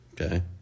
okay